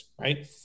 right